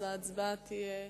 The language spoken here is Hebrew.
ההצבעה תהיה כך: